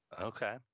Okay